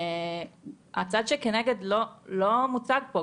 הצד שכנגד לא מוצג פה.